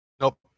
Nope